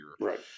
Right